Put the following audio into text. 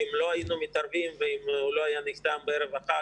אם לא היינו מתערבים ואם הוא לא היה נחתם בערב החג,